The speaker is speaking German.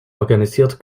organisiert